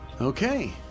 Okay